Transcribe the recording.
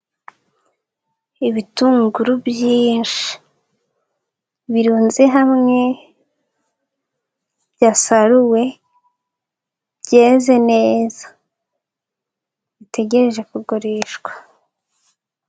Ibitunguru byinshi birunze hamwe, byasaruwe, byeze neza. Bitegereje kugurishwa.